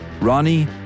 Ronnie